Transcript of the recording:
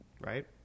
Right